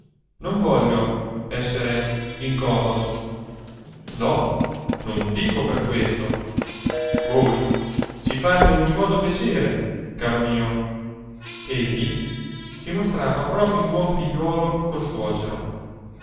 non voglio essere d'incomodo no non dico per questo voi ci fate a ogni modo piacere caro mio egli si mostrava proprio un buon figliuolo col suocero